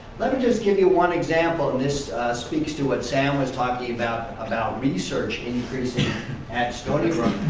let me just give you one example and this speaks to what sam was talking about about research increasing at stony brook.